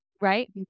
right